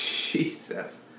Jesus